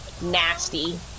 Nasty